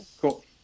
Cool